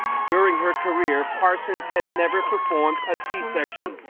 during her career, parsens had never performed a c-section.